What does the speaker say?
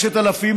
6,000 איש,